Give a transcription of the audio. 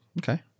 Okay